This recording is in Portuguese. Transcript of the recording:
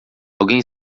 alguém